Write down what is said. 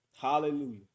Hallelujah